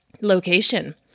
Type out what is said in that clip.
Location